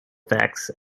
effects